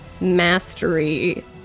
mastery